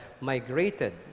migrated